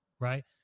Right